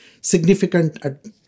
significant